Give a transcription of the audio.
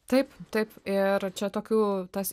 taip taip ir čia tokių tas